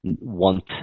want